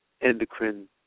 endocrine